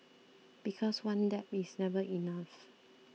because one dab is never enough